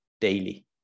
daily